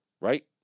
Right